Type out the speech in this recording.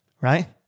right